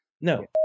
No